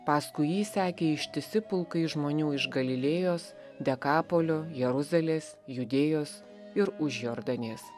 paskui jį sekė ištisi pulkai žmonių iš galilėjos dekapolio jeruzalės judėjos ir užjordanės